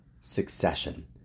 succession